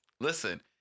Listen